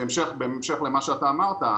בהמשך למה שאתה אמרת,